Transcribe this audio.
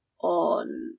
on